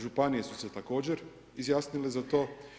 Županije su se također izjasnile za to.